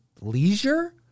leisure